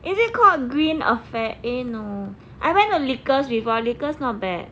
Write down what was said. is it called green affair eh no I went to lickers before lickers not bad